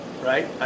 Right